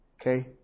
Okay